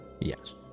Yes